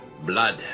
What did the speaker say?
blood